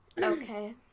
Okay